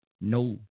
no